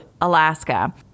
Alaska